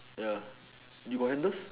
ya you got handles